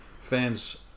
fans